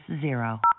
zero